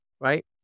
right